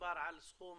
מדובר על סכום